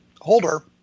Holder